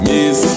Miss